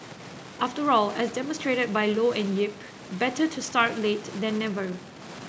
after all as demonstrated by Low and Yip better to start late then never